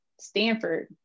Stanford